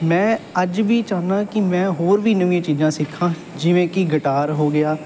ਮੈਂ ਅੱਜ ਵੀ ਚਾਹੁੰਦਾ ਕਿ ਮੈਂ ਹੋਰ ਵੀ ਨਵੀਆਂ ਚੀਜ਼ਾਂ ਸਿੱਖਾਂ ਜਿਵੇਂ ਕਿ ਗਿਟਾਰ ਹੋ ਗਿਆ